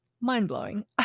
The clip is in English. mind-blowing